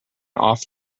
off